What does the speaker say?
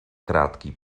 krátký